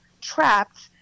trapped